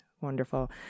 Wonderful